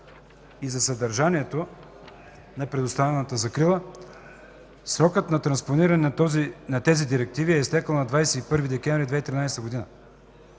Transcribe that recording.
и за съдържанието на предоставената закрила – срокът за транспониране на тази Директива е изтекъл на 21 декември 2013 г.,